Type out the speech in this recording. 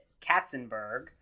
Katzenberg